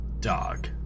dog